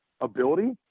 ability